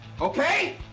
Okay